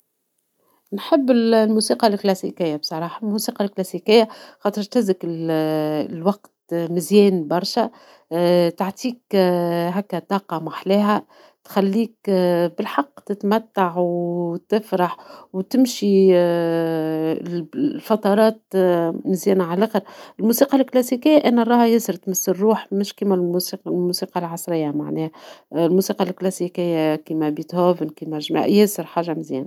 نحب الموسيقة الكلاسيكية بصراحة الموسيقى الكلاسيكية خاطرش تهزك لوقت مزيان برشا تعطيك هكا طاقة محلاها ، تخليك بالحق تتمتع وتفرح وتمشي لفترات مزيانة علخر ، الموسيقى الكلاسيكية أنا نراها ياسر تمس الروح مش كيما الموسيقى العصرية معناها ، الموسيقى الكلاسيكية كما بيتهوفين ياسر حاجة مزيانة